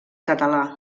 català